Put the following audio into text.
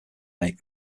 make